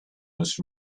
was